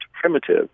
primitive